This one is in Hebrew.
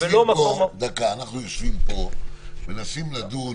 אנחנו יושבים פה ומנסים לדון